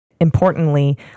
Importantly